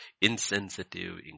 insensitive